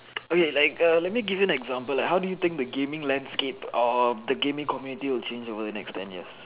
okay like a let me give you an example like how do you think the gaming landscape of the gaming community will change over the next ten years